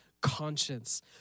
conscience